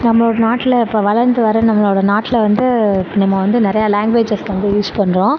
நம்ளோட நாட்டில் இப்போ வளர்ந்து வர நம்மளோட நாட்டில் வந்து நம்ம வந்து நிறைய லேங்குவேஜஸ் வந்து யூஸ் பண்ணுறோம்